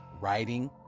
writing